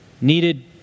needed